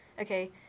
okay